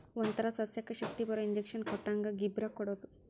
ಒಂತರಾ ಸಸ್ಯಕ್ಕ ಶಕ್ತಿಬರು ಇಂಜೆಕ್ಷನ್ ಕೊಟ್ಟಂಗ ಗಿಬ್ಬರಾ ಕೊಡುದು